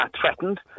threatened